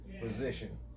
position